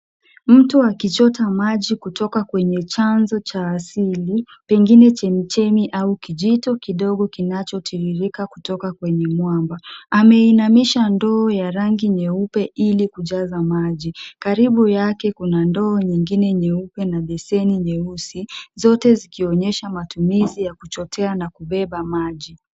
Mtu akichota maji kutoka kwenye chanzo cha asili pengine chemichemi au kijito kidogo kinachotiririka kutoka kwenye mwamba. Ameinamisha ndoo ya rangi nyeupe ili kujaza maji. Karibu yake kuna ndoo nyingine nyeupe na beseni nyeusi zote zikionyesha matumizi ya kuchotea na kubeba maji.